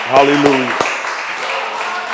Hallelujah